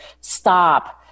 stop